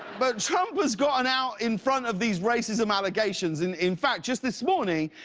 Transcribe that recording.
but trump has gotten out in front of these racism allegations. in in fact, just this morning,